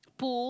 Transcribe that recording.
Poo